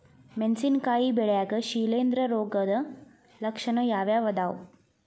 ಮೆಣಸಿನಕಾಯಿ ಬೆಳ್ಯಾಗ್ ಶಿಲೇಂಧ್ರ ರೋಗದ ಲಕ್ಷಣ ಯಾವ್ಯಾವ್ ಅದಾವ್?